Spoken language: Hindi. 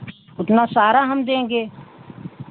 उतना सारा हम देंगे